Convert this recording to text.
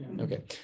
Okay